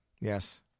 Yes